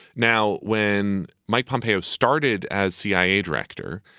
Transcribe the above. now, when mike pompeo started as cia director,